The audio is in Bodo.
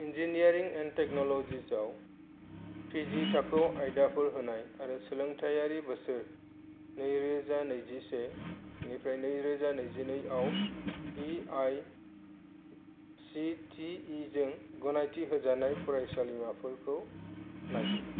इन्जिनियारिं एन्ड टेक्न'ल'जिसआव पि जि थाखोआव आयदाफोर होनाय आरो सोलोंथायारि बोसोर नै रोजा नैजिसेनिफ्राय नै रोजा नैजिनैआव E I C T E जों गनायथि होजानाय फरायसालिमाफोरखौ नागिर